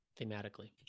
thematically